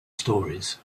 stories